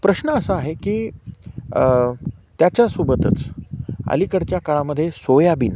प्रश्न असा आहे की त्याच्यासोबतच अलीकडच्या काळामध्ये सोयाबीन